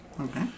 Okay